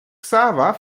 xaver